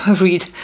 read